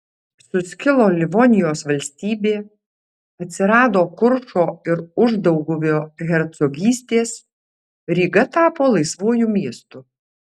suskilo livonijos valstybė atsirado kuršo ir uždauguvio hercogystės ryga tapo laisvuoju miestu